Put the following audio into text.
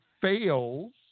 fails